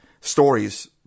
stories